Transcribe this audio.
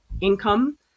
income